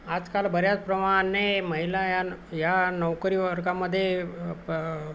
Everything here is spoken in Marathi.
आजकाल बऱ्याचप्रमाणे महिला ह्या ह्या नौकरी वर्गामध्ये प